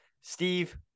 Steve